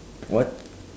what